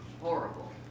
horrible